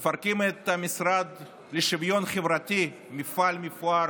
מפרקים את המשרד לשוויון חברתי, מפעל מפואר